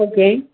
okay